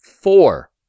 Four